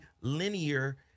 linear